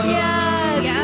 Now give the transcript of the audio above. yes